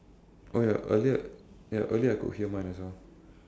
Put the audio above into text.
oh ya earlier ya earlier I could hear mine as well